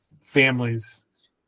families